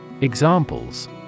Examples